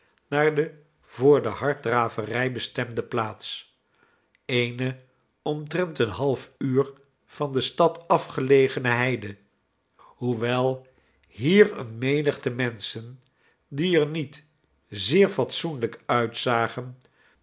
naar de voor de harddraverij bestemde plaats eene omtrent een half uur van de stad af gelegene heide hoewel hier eene menigte menschen die er niet zeer fatsoenlijk uitzagen